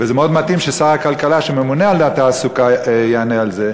וזה מאוד מתאים ששר הכלכלה שממונה על התעסוקה יענה על זה,